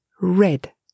red